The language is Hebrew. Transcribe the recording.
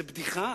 זה בדיחה.